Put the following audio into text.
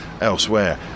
Elsewhere